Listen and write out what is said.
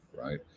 right